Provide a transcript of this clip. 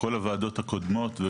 בכל הוועדות הקודמות.